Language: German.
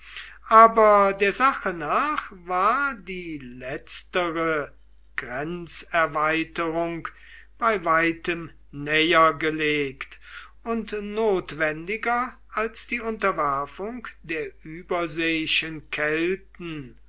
aber der sache nach war die letztere grenzerweiterung bei weitem näher gelegt und notwendiger als die unterwerfung der überseeischen kelten